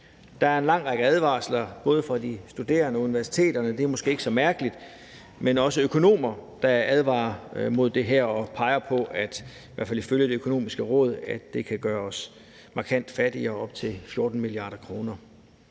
Der er en lang række advarsler både fra de studerende og universiteterne, og det er måske ikke så mærkeligt, men der er også økonomer, der advarer mod det her, og som peger på – i hvert fald ifølge Det Økonomiske Råd – at det kan gøre os markant fattigere, op til 14 mia. kr.